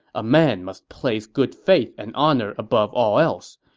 a man must place good faith and honor above all else.